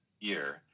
year